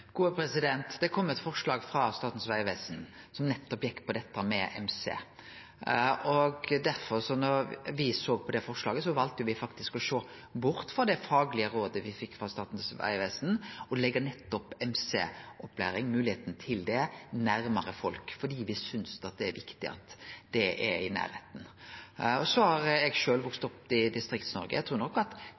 Det kom eit forslag frå Statens vegvesen som nettopp gjekk på dette med MC, og då me såg på det forslaget, valde me faktisk å sjå bort frå det faglege rådet me fekk frå Statens vegvesen, og leggje MC-opplæring og moglegheit til det nærare folk, fordi me synest det er viktig at det er i nærleiken. Eg har sjølv vakse opp i Distrikts-Noreg. Eg trur nok at